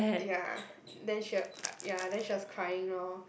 ya then she eh ya she was crying lor